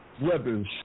weapons